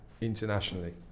internationally